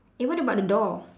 eh what about the door